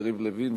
יריב לוין,